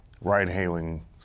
ride-hailing